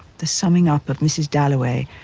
the summing up of mrs. dalloway,